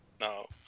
No